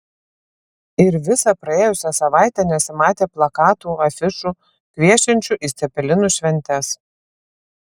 ir visą praėjusią savaitę nesimatė plakatų afišų kviečiančių į cepelinų šventes